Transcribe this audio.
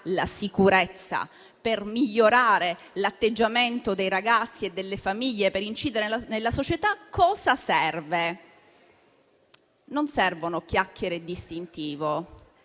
e sicurezza, per migliorare l'atteggiamento dei ragazzi e delle famiglie e per incidere nella società, cosa serve? Non servono chiacchiere e distintivo,